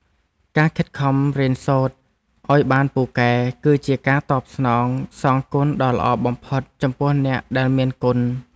ការខិតខំរៀនសូត្រឱ្យបានពូកែ គឺជាការតបស្នងសងគុណដ៏ល្អបំផុតចំពោះអ្នកដែលមានគុណ។